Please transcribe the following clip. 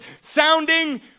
sounding